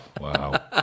wow